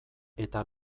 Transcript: eta